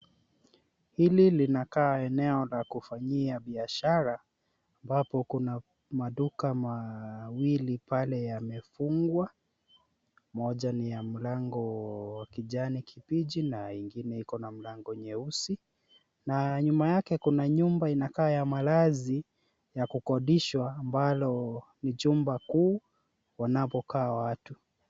Ili linakaa eneo la kufanyia biashara ambapo kuna mawili pale yamefungwa moja ni ya mlango kijani kibichi na ingine iko na mlango nyeusi na nyuma yake kuna nyumba inakaa ya malazi ya kukodishwa ambalo ni jumba kuu kunako kaa watu.